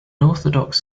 orthodox